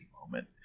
moment